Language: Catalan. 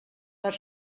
per